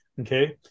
Okay